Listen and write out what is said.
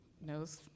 knows